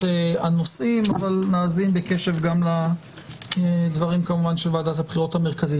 הנושאים אבל נאזין בקשב גם לדברים של ועדת הבחירות המרכזית.